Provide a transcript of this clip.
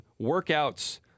workouts